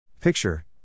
Picture